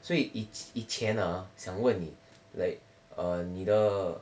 所以以以前啊想问你 like err 你的